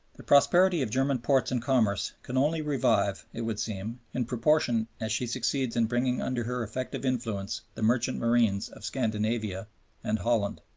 the prosperity of german ports and commerce can only revive, it would seem, in proportion as she succeeds in bringing under her effective influence the merchant marines of scandinavia and of holland.